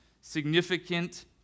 significant